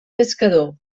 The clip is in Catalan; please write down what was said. pescador